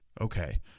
Okay